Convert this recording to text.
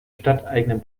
stadteigenen